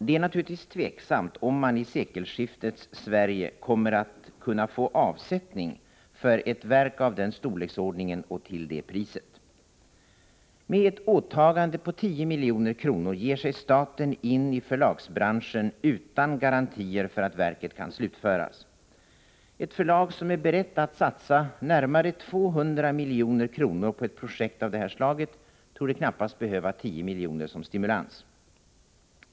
Det är tveksamt om man i sekelskiftets Sverige skall kunna få avsättning för ett verk av den storleksordningen och till det priset. Med ett åtagande på 10 milj.kr. ger sig staten in i förlagsbranschen utan garantier för att verket kan slutföras. Ett förlag som är berett att satsa närmare 200 milj.kr. på ett projekt av detta slag torde knappast behöva 10 milj.kr. som stimulans.